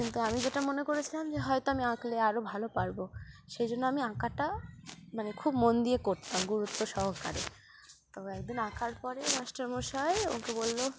কিন্তু আমি যেটা মনে করেছিলাম যে হয়তো আমি আঁকলে আরও ভালো পারবো সেই জন্য আমি আঁকাটা মানে খুব মন দিয়ে করতাম গুরুত্ব সহকারে তো একদিন আঁকার পরে মাস্টারমশাই ওকে বললো